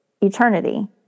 eternity